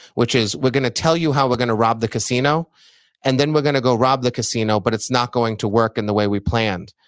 which is we're going to tell you how we're going to rob the casino and then we're going to go rob the casino, but it's not going to work in the way we planned.